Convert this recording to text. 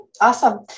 awesome